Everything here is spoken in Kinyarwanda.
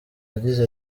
yagize